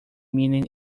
meaning